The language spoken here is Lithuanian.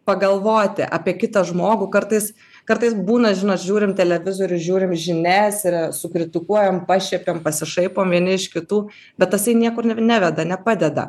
pagalvoti apie kitą žmogų kartais kartais būna žinot žiūrim televizorių žiūrim žinias ir sukritikuojam pašiepiam pasišaipom vieni iš kitų bet tasai niekur neveda nepadeda